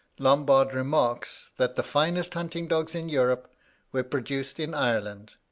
lombard remarks, that the finest hunting dogs in europe were produced in ireland